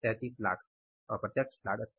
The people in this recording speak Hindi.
3300000 अप्रत्यक्ष लागत है